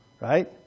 right